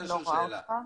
שאלה.